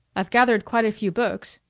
i've gathered quite a few books,